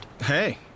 Hey